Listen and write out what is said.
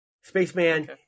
Spaceman